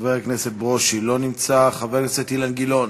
חבר הכנסת ברושי, לא נמצא, חבר הכנסת אילן גילאון,